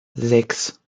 sechs